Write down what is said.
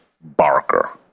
Barker